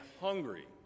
hungry